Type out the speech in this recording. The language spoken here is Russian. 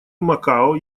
макао